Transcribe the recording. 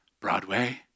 Broadway